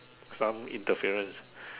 some interference